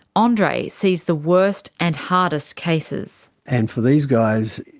andre sees the worst and hardest cases. and for these guys,